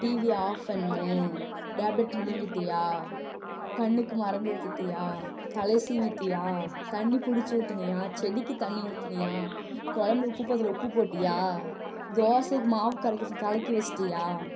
டிவியை ஆஃப் ஃபண்ணு டேப்லெட் முழுங்கிட்டியா கண்ணுக்கு மருந்து ஊத்திட்டியா தலையை சீவிட்டியா தண்ணி பிடிச்சி ஊற்றுனியா செடிக்கி தண்ணி ஊத்துனியா கொழம்புல உப்பு பத்தலை உப்பு போட்டியா தோசைக்கு மாவு கரைக்க கலக்கி வச்சிட்டியா